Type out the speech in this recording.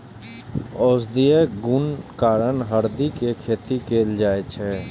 औषधीय गुणक कारण हरदि के खेती कैल जाइ छै